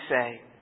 say